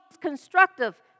constructive